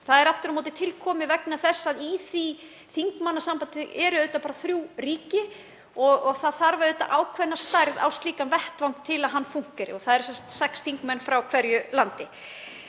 Það er aftur á móti til komið vegna þess að í því þingmannasambandi eru auðvitað bara þrjú ríki og það þarf ákveðna stærð á slíkan vettvang til að hann fúnkeri. Það eru sex þingmenn frá hverju landi.